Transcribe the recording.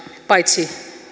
paitsi